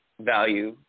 value